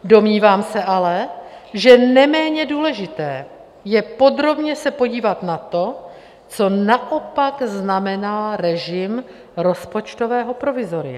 Domnívám se ale, že neméně důležité je podrobně se podívat na to, co naopak znamená režim rozpočtového provizoria.